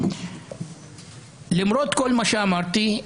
למרות כל מה שאמרתי,